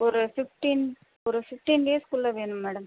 ஒரு ஃபிஃப்ட்டின் ஒரு fifteen days குள்ளே வேணும் மேடம்